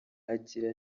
agira